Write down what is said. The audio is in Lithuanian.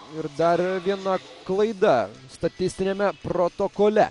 ir dar viena klaida statistiniame protokole